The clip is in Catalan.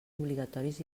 obligatoris